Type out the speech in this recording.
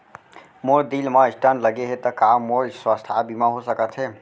मोर दिल मा स्टन्ट लगे हे ता का मोर स्वास्थ बीमा हो सकत हे?